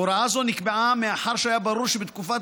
הוראה זו נקבעה מאחר שהיה ברור שבתקופת